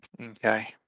Okay